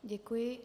Děkuji.